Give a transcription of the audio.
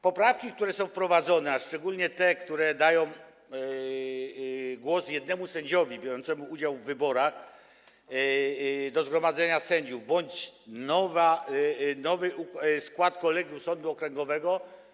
Poprawki, które są wprowadzone, a szczególnie te, które przyznają głos jednemu sędziemu biorącemu udział w wyborach do zgromadzenia sędziów, bądź te mówiące o nowym składzie kolegium sądu okręgowego.